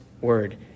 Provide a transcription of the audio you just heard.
word